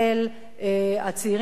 הצעירים והצעירות,